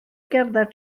gerdded